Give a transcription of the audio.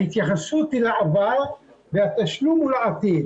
ההתייחסות היא לעבר והתשלום הוא לעתיד.